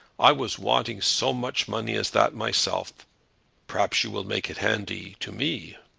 i was wanting so much money as that myself perhaps you will make it handy to me.